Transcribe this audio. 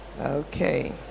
Okay